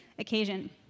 occasion